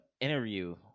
interview